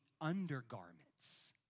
undergarments